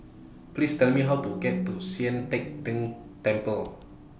Please Tell Me How to get to Sian Teck Tng Temple